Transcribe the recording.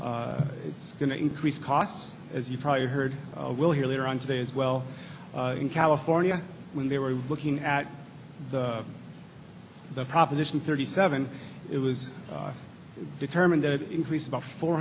it's going to increase costs as you've probably heard we'll hear later on today as well in california when they were looking at the proposition thirty seven it was determined that it increase about four